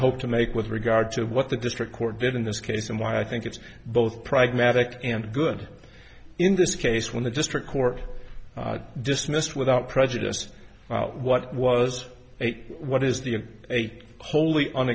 hope to make with regard to what the district court did in this case and why i think it's both pragmatic and good in this case when the district court dismissed without prejudiced what was it what is the eight holy